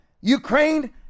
Ukraine